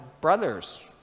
brother's